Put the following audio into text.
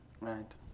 right